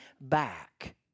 back